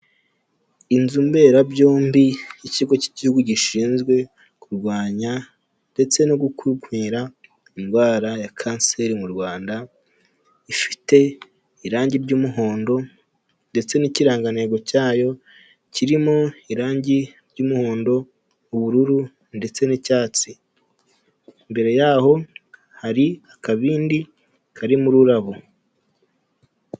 Inzu mberabyombi y'ikigo cy'igihugu gishinzwe kurwanya ndetse no gukumira indwara ya kanseri mu Rwanda ifite irangi ry'umuhondo ndetse n'ikirangantego cyayo kirimo irangi ry'umuhondo, ubururu ndetse n'icyatsi, mbere yaho hari akabindi karimo ururabo.